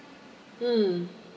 mm